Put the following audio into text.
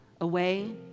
away